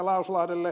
lauslahdelle